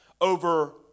over